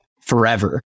forever